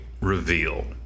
reveal